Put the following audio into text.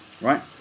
Right